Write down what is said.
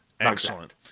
Excellent